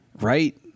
right